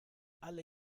alle